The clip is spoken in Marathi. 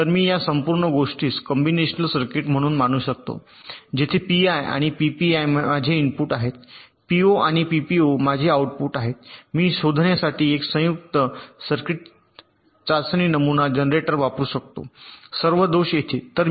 तर मी या संपूर्ण गोष्टीस कंबिनेशनल सर्किट म्हणून मानू शकतो जेथे पीआय आणि पीपीआय माझे इनपुट आहेत पीओ आणि पीपीओ माझे आउटपुट आहेत आणि मी शोधण्यासाठी एक संयुक्त सर्किट चाचणी नमुना जनरेटर सर्व दोष येथे वापरू शकतो